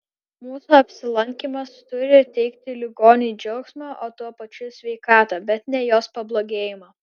mūsų apsilankymas turi teikti ligoniui džiaugsmą o tuo pačiu sveikatą bet ne jos pablogėjimą